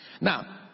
Now